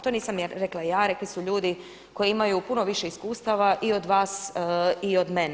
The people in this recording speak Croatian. To nisam rekla ja, rekli su ljudi koji imaju puno više iskustava i od vas i od mene.